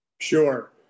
Sure